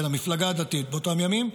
המפלגה הדתית באותם ימים,